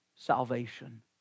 salvation